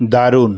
দারুণ